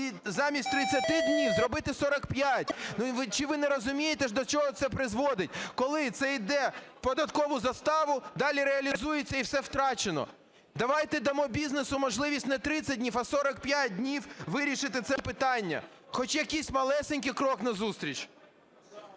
і замість 30 днів зробити 45. Чи ви не розумієте до чого це призводить? Коли це йде в податкову заставу, далі реалізується і все втрачено. Давайте дамо бізнесу можливість не 30 днів, а 45 днів, вирішити це питання, хоч якийсь малесенький крок назустріч.